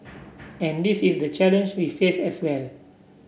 and this is the challenge we face as well